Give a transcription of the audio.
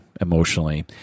emotionally